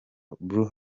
blu